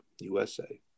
usa